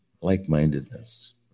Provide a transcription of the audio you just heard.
like-mindedness